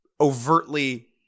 overtly